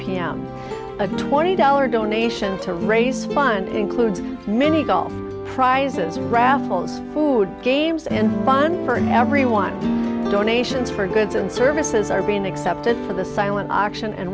a twenty dollar donation to raise fund includes mini golf prizes raffles food games and bond for everyone donations for goods and services are being accepted for the silent auction and